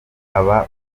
aba